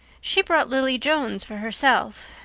she brought lily jones for herself.